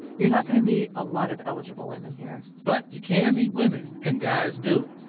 you're not going to meet a lot of eligible women here but you can meet women, and guys do.